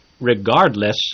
regardless